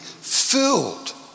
filled